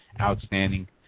outstanding